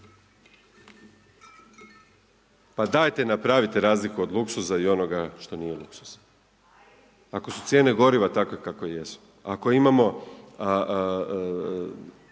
Pa dajte napravite razliku od luksuza i onoga što nije luksuz. Ako su cijene goriva takve kakve jesu, ako imamo